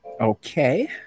okay